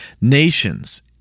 Nations